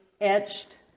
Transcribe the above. etched